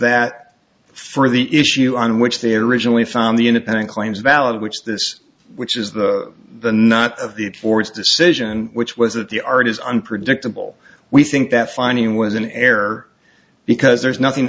that for the issue on which the originally found the independent claims valid which this which is the the not of the it for his decision which was that the art is unpredictable we think that finding was an error because there is nothing